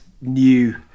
new